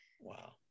Wow